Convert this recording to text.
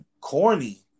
corny